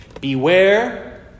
Beware